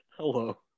Hello